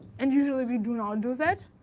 and usually, we do not and do that,